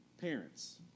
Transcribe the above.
Parents